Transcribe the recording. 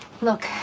Look